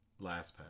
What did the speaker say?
LastPass